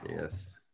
Yes